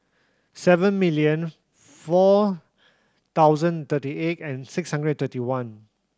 seven million four thousand thirty eight and six hundred thirty one